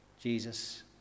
Jesus